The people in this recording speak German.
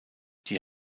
die